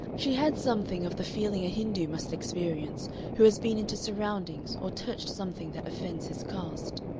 she had something of the feeling a hindoo must experience who has been into surroundings or touched something that offends his caste.